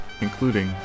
including